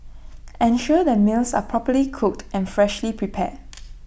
ensure that meals are properly cooked and freshly prepared